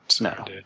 No